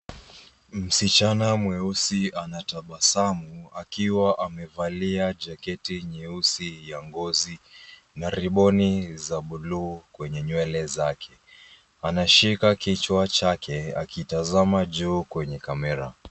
Msichana mweusi anatabasamu akiwa amevalia jaketi nyeusi ya ngozi na ribbon za bluu kwenye nywele chake. Anashika kichwa chake akitazama juu kwenye kamera.